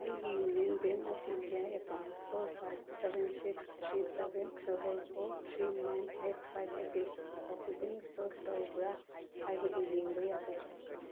ꯑꯩꯒꯤ union bank of India account four five seven six three seven double four three nine eight five ꯑꯁꯤ oxygen store ꯇꯧꯕ꯭ꯔꯥ ꯍꯥꯏꯕꯗꯨ ꯌꯦꯡꯕ ꯌꯥꯒꯗ꯭ꯔꯥ